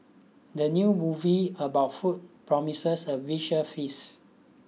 the new movie about food promises a visual feast